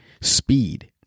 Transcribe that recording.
Speed